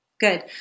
Good